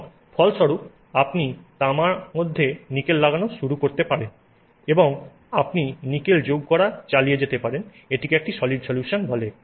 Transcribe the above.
এবং ফলস্বরূপ আপনি তামা মধ্যে নিকেল লাগানো শুরু করতে পারেন এবং আপনি নিকেল যোগ করা চালিয়ে যেতে পারেন এটিকে একটি সলিড সলিউশন বলে